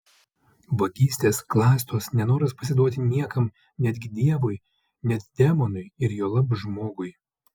vagystės klastos nenoras pasiduoti niekam netgi dievui net demonui ir juolab žmogui